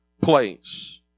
place